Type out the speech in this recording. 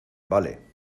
vale